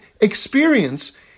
experience